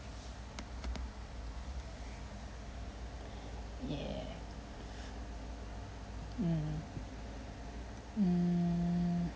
yeah mm mm